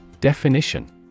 Definition